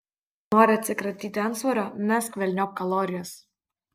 nori atsikratyti antsvorio mesk velniop kalorijas